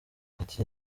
ati